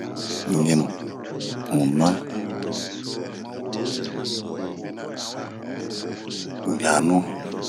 ɲinu, una, ɲanu,